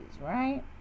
right